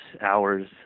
hours